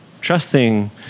trusting